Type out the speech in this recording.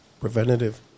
preventative